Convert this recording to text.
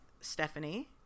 Stephanie